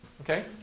Okay